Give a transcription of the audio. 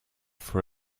for